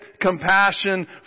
compassion